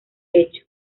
hecho